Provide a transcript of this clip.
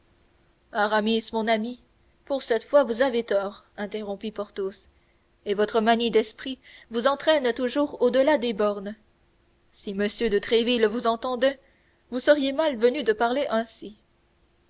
aramis mon ami pour cette fois vous avez tort interrompit porthos et votre manie d'esprit vous entraîne toujours au-delà des bornes si m de tréville vous entendait vous seriez mal venu de parler ainsi